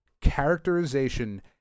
characterization